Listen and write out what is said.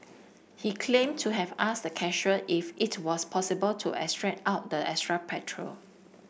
he claimed to have asked the cashier if it was possible to extract out the extra petrol